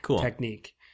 Technique